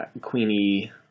Queenie